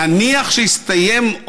נניח שהסתיים,